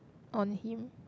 on him